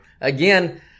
again